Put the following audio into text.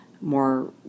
more